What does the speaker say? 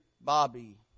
Bobby